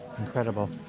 incredible